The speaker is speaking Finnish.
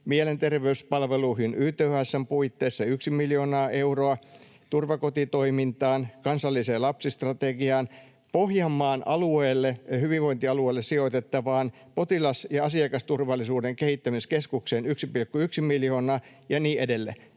mielenterveyspalveluihin YTHS:n puitteissa 1 miljoonaa euroa, turvakotitoimintaan, kansalliseen lapsistrategiaan, Pohjanmaan hyvinvointialueelle sijoitettavaan potilas- ja asiakasturvallisuuden kehittämiskeskukseen 1,1 miljoonaa ja niin edelleen.